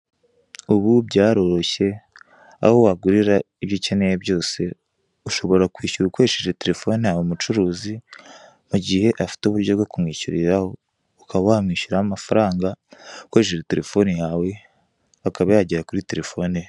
Ubu byaroroshye aho wagurira ibyo ukeneye byose, ushobora kwishyura ukoresheje terefone yawe umucuruzi mu gihe afite uburyo bwo kumwishyuriraho ukaba wamwishyuraho amafaranga ukoresheje terefone yawe akaba yagera kuri terefone ye.